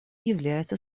является